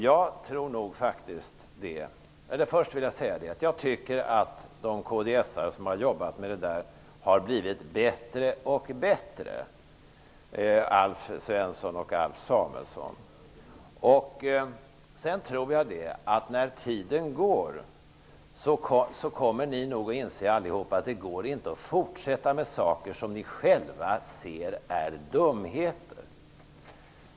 Jag tycker att de kds:are som har jobbat med biståndet, Alf Svensson och Alf Samuelsson, har blivit bättre och bättre. Jag tror att ni själva allihop allteftersom tiden går kommer att inse att det inte går att fortsätta med saker som ni själva ser är dumheter.